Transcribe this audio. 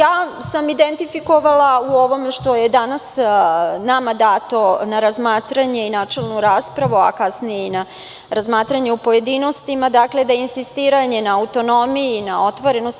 Identifikovala sam, u ovome što je danas nama dato na razmatranje i načelnu raspravu, a kasnije na razmatranje u pojedinostima, da insistiranje na autonomiji, na otvorenosti…